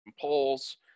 polls